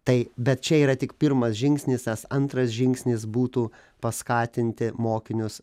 tai bet čia yra tik pirmas žingsnis nes antras žingsnis būtų paskatinti mokinius